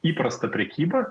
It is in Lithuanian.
įprasta prekyba